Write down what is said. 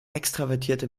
extravertierte